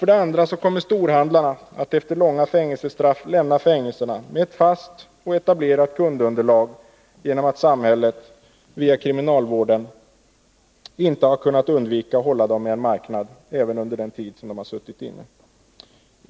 För det andra kommer storhandlarna att efter långa fängelsestraff lämna fängelserna med ett fast och etablerat kundunderlag, därför att samhället via kriminalvården inte har kunnat undvika att hålla dem med en marknad även under den tid som de har suttit inne.